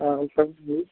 हँ सब ठीक